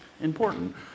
important